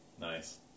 Nice